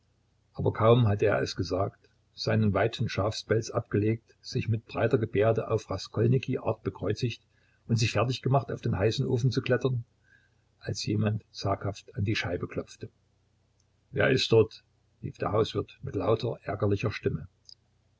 aber kaum hatte er es gesagt seinen weiten schafspelz abgelegt sich mit breiter gebärde auf raskolniki art bekreuzigt und sich fertig gemacht auf den heißen ofen zu klettern als jemand zaghaft an die scheibe klopfte wer ist dort rief der hauswirt mit lauter ärgerlicher stimme